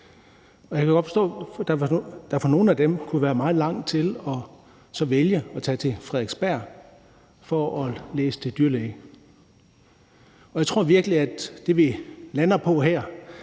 Jeg kan godt forstå, at der for nogle af dem kunne være meget langt til så at vælge at tage til Frederiksberg for at læse til dyrlæge. Jeg tror virkelig, at det, vi lander på her,